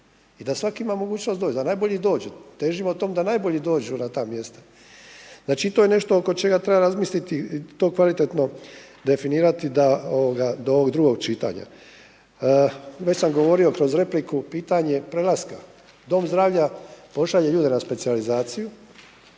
i da svak ima mogućnosti doći, da najbolji dože, težimo tomu da najbolji dođu na ta mjesta. Znači i to je nešto oko čega treba razmisliti i to kvalitetno definirati do ovog drugog čitanja. Već sam govorio kroz repliku, pitanje prelaska. Dom zdravlja pošalje ljude na specijalizaciju